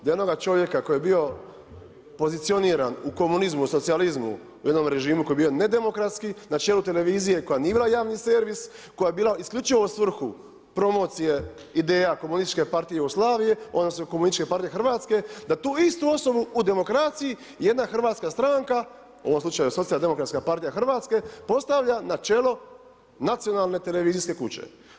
Za jednoga čovjeka koji je bio pozicioniran u komunizmu, u socijalizmu, u jednom režimu koji je bio nedemokratski, na čelu televizije, koja nije bila javni servis, koja je bila isključivo u svrhu promocije ideja, komunističke partije Jugoslavije, odnosno, komunističke partije Hrvatske, da tu istu osobu u demokraciji jedna hrvatska stranka, u ovom slučaju Socijaldemokratska partija Hrvatske, postavlja na čelo nacionalne televizijske kuće.